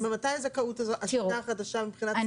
ממתי הזכאות הזאת מבחינת שכר?